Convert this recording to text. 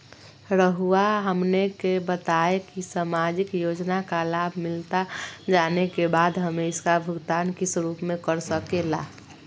रहुआ हमने का बताएं की समाजिक योजना का लाभ मिलता जाने के बाद हमें इसका भुगतान किस रूप में कर सके ला?